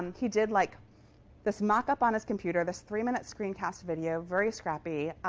he did like this mock-up on his computer, this three-minute screencast video very scrappy.